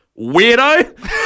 weirdo